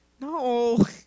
No